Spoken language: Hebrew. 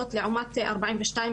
זאת לעומת ארבעים ושתיים,